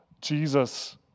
Jesus